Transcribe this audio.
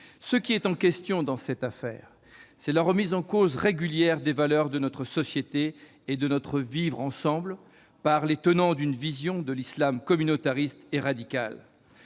Ce qui est en question, dans cette affaire, c'est la remise en cause régulière des valeurs de notre société et de notre vivre ensemble par les tenants d'une vision de l'islam communautariste et radicale.